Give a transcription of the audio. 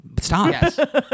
Stop